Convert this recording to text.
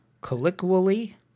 colloquially